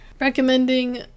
recommending